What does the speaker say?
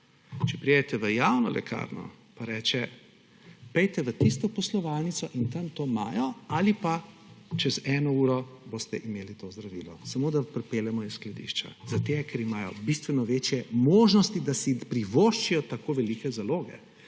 Če pridete v javno lekarno, pa reče, pojdite v tisto poslovalnico in tam to imajo, ali pa, čez eno uro boste imeli to zdravilo, samo da pripeljemo iz skladišča. Zaradi tega, ker imajo bistveno večje možnosti, da si privoščijo tako velike zaloge.